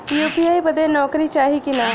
UPI बदे नौकरी चाही की ना?